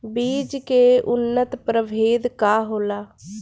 बीज के उन्नत प्रभेद का होला?